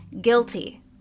guilty